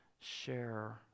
share